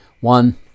One